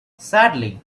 sadly